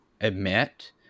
admit